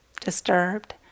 disturbed